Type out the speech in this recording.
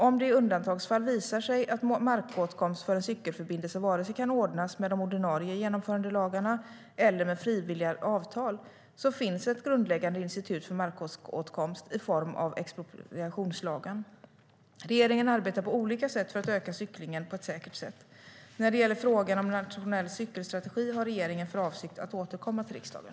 Om det i undantagsfall visar sig att markåtkomst för en cykelförbindelse varken kan ordnas med de ordinarie genomförandelagarna eller med frivilliga avtal finns ett grundläggande institut för markåtkomst i form av expropriationslagen. Regeringen arbetar på olika sätt för att öka cyklingen på ett säkert sätt. När det gäller frågan om en nationell cykelstrategi har regeringen för avsikt att återkomma till riksdagen.